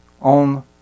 on